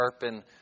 sharpen